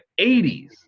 80s